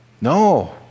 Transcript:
No